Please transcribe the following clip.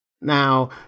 Now